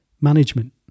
management